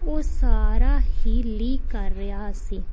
ਉਹ ਸਾਰਾ ਹੀ ਲੀਕ ਕਰ ਰਿਹਾ ਸੀ